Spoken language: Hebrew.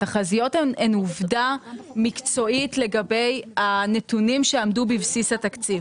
התחזיות הן עובדה מקצועית לגבי הנתונים שעמדו בבסיס התקציב.